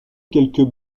quelques